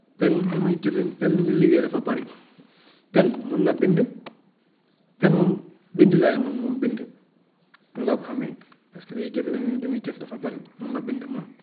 Pen lu muy jëfin pen lu muy liggéey dafa bëri pen mun na bind, pen moom bind lay mun moom bind noonu laa ko xamee parce que day jëfinam yi li muy jëf dafa bëri mun na bind moom.